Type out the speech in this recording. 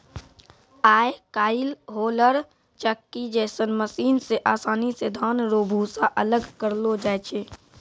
आय काइल होलर चक्की जैसन मशीन से आसानी से धान रो भूसा अलग करलो जाय छै